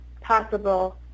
possible